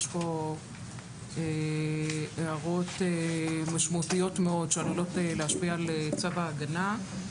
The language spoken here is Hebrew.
יש כאן הערות משמעותיות מאוד שעשויות להשפיע על צו ההגנה.